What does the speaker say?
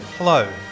Hello